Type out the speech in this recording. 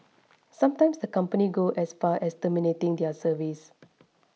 sometimes the company go as far as terminating their service